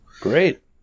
great